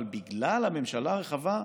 אבל בגלל הממשלה הרחבה,